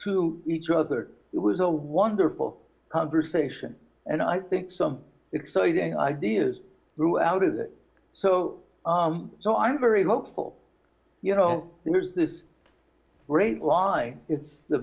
to each other it was a wonderful conversation and i think some exciting ideas grew out of it so so i'm very hopeful you know there's this great line it's the